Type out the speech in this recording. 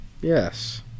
Yes